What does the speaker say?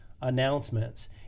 announcements